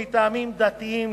מטעמים דתיים,